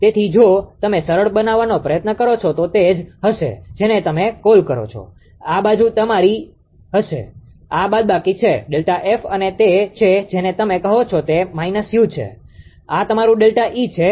તેથી જો તમે સરળ બનાવવાનો પ્રયાસ કરો છો તો તે તે જ હશે જેને તમે કોલ કરો છો આ બાજુ તમારી હશે આ બાદબાકી છે ΔF અને આ તે છે જેને તમે કહો છો તે માઇનસ યુ છે અને આ તમારું ΔE છે